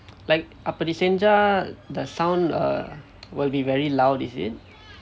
like அப்படி செய்தா:appadi seithaa the sound err will be very loud is it